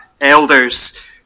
elders